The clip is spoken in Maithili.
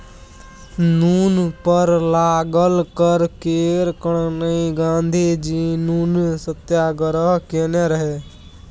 नुन पर लागल कर केर कारणेँ गाँधीजी नुन सत्याग्रह केने रहय